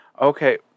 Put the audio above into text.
okay